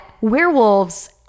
Werewolves